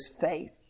faith